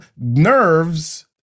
nerves